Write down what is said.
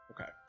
Okay